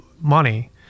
money